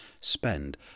spend